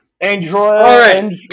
Android